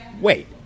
wait